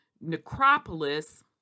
necropolis